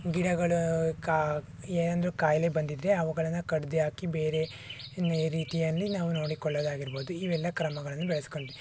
ಗಿಡಗಳು ಏನಾದ್ರು ಖಾಯಿಲೆ ಬಂದಿದ್ದರೆ ಅವುಗಳನ್ನು ಕಡ್ದು ಹಾಕಿ ಬೇರೆನೇ ರೀತಿಯಲ್ಲಿ ನಾವು ನೋಡಿಕೊಳ್ಳೋದಾಗಿರ್ಬೋದು ಇವೆಲ್ಲ ಕ್ರಮಗಳನ್ನು ಬೆಳೆಸ್ಕೊಂಡ್ವಿ